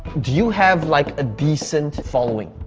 do you have like a decent following?